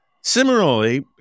Similarly